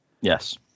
Yes